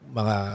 mga